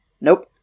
Nope